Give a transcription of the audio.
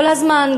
כל הזמן,